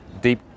deep